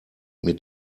mit